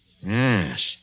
Yes